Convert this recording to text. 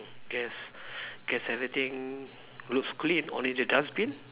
guess guess everything looks clean only the dustbin